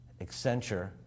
accenture